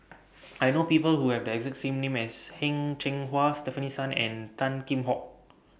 I know People Who Have The exact same name as Heng Cheng Hwa Stefanie Sun and Tan Kheam Hock